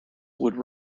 would